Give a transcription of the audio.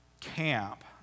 camp